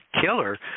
killer